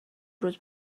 روز